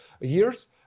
years